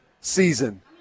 season